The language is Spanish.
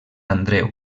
andreu